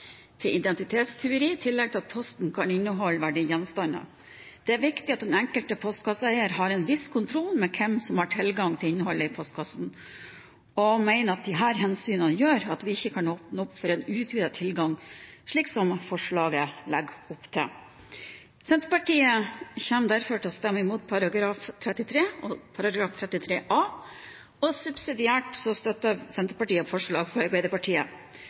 til identitetstyveri, i tillegg til at posten kan inneholde verdigjenstander. Det er viktig at den enkelte postkasseeier har en viss kontroll med hvem som har tilgang til innholdet i postkassen, og vi mener at disse hensynene gjør at vi ikke bør åpne opp for en utvidet tilgang, slik forslaget legger opp til. Senterpartiet kommer derfor til å stemme mot §§ 33 og 33 a. Subsidiært støtter Senterpartiet forslaget fra Arbeiderpartiet.